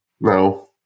No